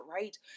right